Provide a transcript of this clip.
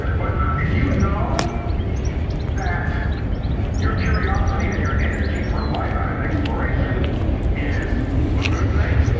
but if you know that your curiosity and your energy for life and exploration is a good thing,